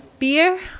beer?